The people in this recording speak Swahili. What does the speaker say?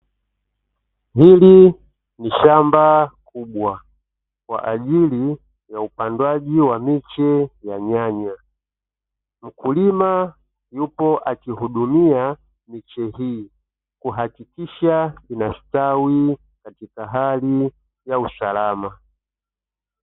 Hili ni shamba kubwa, kwa ajili ya upandwaji wa miche ya nyanya. Mkulima yupo akihudumia miche hii, kuhakikisha inastawi katika hali ya usalama.